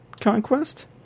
Conquest